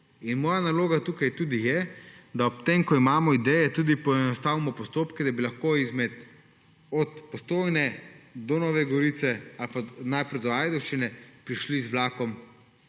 Moja naloga tudi tukaj je, da ob tem, ko imamo ideje, tudi poenostavimo postopke, da bi lahko od Postojne do Nove Gorice ali pa najprej do Ajdovščine prišli z vlakom